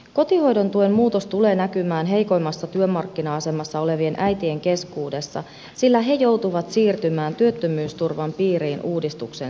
kotihoidon tuen muutos tulee näkymään heikoimmassa työmarkkina asemassa olevien äitien keskuudessa sillä he joutuvat siirtymään työttömyysturvan piiriin uudistuksen seurauksena